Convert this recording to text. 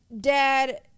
dad